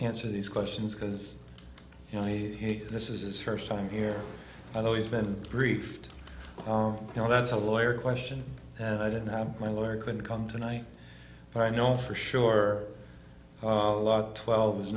answer these questions because you know he this is his first time here i've always been briefed on you know that's a lawyer question and i didn't have my lawyer could come tonight but i know for sure a lot twelve is